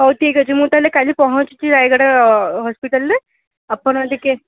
ହେଉ ଠିକ୍ ଅଛି ମୁଁ ତାହେଲେ କାଲି ପହଁଚୁଛି ରାୟଗଡ଼ା ହସ୍ପିଟାଲ୍ରେ ଆପଣ ଟିକେ